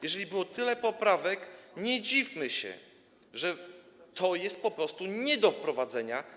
Jeżeli było tyle poprawek, to nie dziwmy się, że to jest po prostu nie do wprowadzenia.